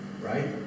right